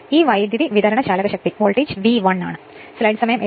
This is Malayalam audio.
ഈ വൈദ്യുതി വിതരണചാലകശക്തി V 1 ആണ്